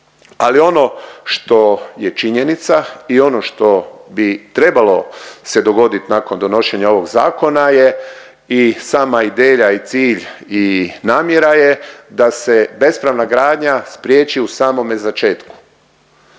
Ali ono što je činjenica i ono što bi trebalo se dogoditi nakon donošenja ovog zakona je i sama ideja i cilj i namjera je da se bespravna gradnja spriječi u samome začetku.